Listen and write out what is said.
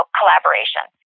collaboration